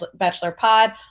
BachelorPod